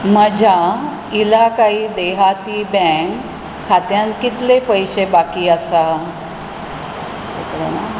म्हज्या इलाकाई देहाती बँक खात्यांत कितले पयशे बाकी आसा